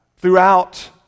Throughout